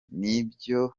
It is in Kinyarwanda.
nibyo